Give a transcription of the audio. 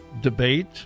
debate